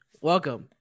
Welcome